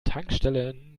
tankstellen